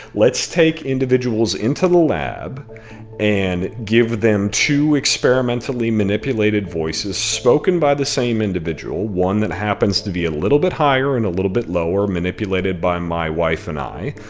let's take individuals into the lab and give them two experimentally manipulated voices spoken by the same individual, one that happens to be a little bit higher and a little bit lower, manipulated by my wife and i.